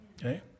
Okay